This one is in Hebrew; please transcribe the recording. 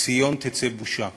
מציון תצא בושה